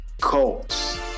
Colts